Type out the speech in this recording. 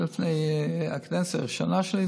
לפני הכנסת הראשונה שלי,